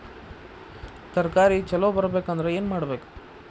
ತರಕಾರಿ ಛಲೋ ಬರ್ಬೆಕ್ ಅಂದ್ರ್ ಏನು ಮಾಡ್ಬೇಕ್?